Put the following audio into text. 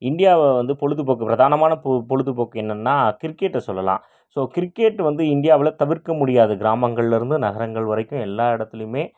இந்தியாவில் வந்து பொழுதுபோக்கு பிரதானமான பொ பொழுதுபோக்கு என்னென்னா கிரிக்கெட்டை சொல்லலாம் ஸோ கிரிக்கெட் வந்து இந்தியாவில் தவிர்க்க முடியாது கிராமங்கள்லேருந்து நகரங்கள் வரைக்கும் எல்லா இடத்துலையுமே